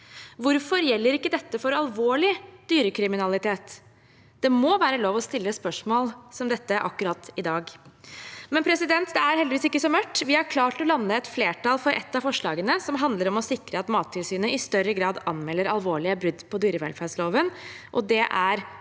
Hvorfor gjelder ikke dette for alvorlig dyrekriminalitet? Det må være lov å stille spørsmål som dette akkurat i dag. Det er heldigvis ikke så mørkt. Vi har klart å lande et flertall for ett av forslagene, som handler om å sikre at Mattilsynet i større grad anmelder alvorlige brudd på dyrevelferdsloven, og det er